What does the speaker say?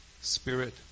spirit